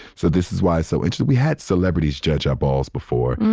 so this is why. so and we had celebrities judge our balls before.